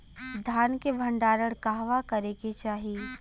धान के भण्डारण कहवा करे के चाही?